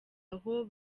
aho